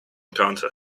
counter